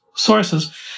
Sources